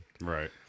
Right